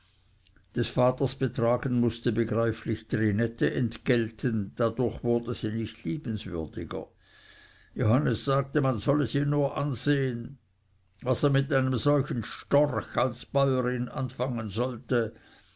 des vaters betragen mußte begreiflich trinette entgelten dadurch wurde sie nicht liebenswürdiger johannes sagte man solle sie nur ansehen was er mit einem solchen storch als bäurin anfangen solle